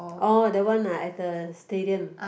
orh the one ah at the stadium